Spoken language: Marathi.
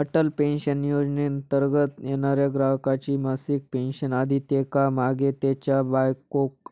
अटल पेन्शन योजनेंतर्गत येणाऱ्या ग्राहकाची मासिक पेन्शन आधी त्येका मागे त्येच्या बायकोक